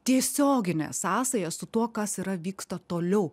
tiesioginė sąsaja su tuo kas yra vyksta toliau